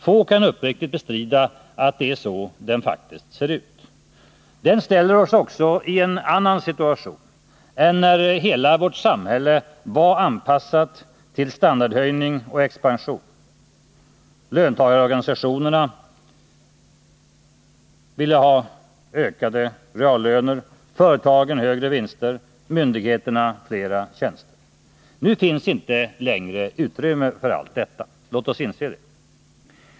Få kan uppriktigt bestrida att det är så den faktiskt ser ut. Den ställer oss också i en annan situation än när hela vårt samhälle var anpassat till standardhöjning och expansion. Löntagarorganisationerna ville ha ökade reallöner, företagen högre vinster, myndighe terna fler tjänster. Nu finns inte längre utrymme för allt detta — låt oss inse det!